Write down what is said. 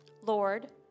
Lord